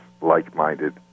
like-minded